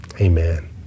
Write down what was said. Amen